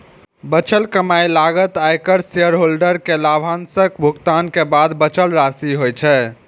बचल कमाइ लागत, आयकर, शेयरहोल्डर कें लाभांशक भुगतान के बाद बचल राशि होइ छै